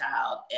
child